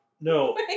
No